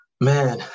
Man